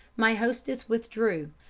my hostess withdrew,